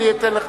אני אתן.